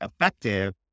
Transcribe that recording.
effective